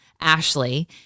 Ashley